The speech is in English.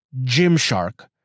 Gymshark